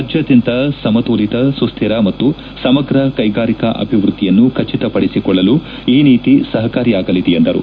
ರಾಜಾದ್ಯಂತ ಸಮತೋಲಿತ ಸುಕ್ತಿರ ಮತ್ತು ಸಮಗ್ರ ಕೈಗಾರಿಕಾ ಅಭಿವೃದ್ಧಿಯನ್ನು ಖಚಿತಪಡಿಸಿಕೊಳ್ಳಲು ಈ ನೀತಿ ಸಹಕಾರಿಯಾಗಲಿದೆ ಎಂದರು